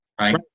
Right